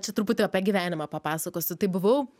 čia truputį apie gyvenimą papasakosiu tai buvau